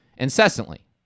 Incessantly